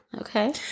Okay